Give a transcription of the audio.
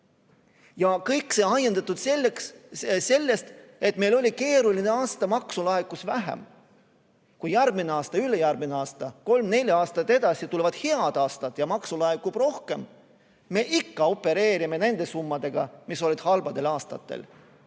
Kõik see on ajendatud sellest, et meil oli keeruline aasta, maksu laekus vähem. Kui järgmine aasta, ülejärgmine aasta, kolm-neli aastat edasi tulevad head aastad ja maksu laekub rohkem, me ikka opereerime nende summadega, mis olid halbadel aastatel.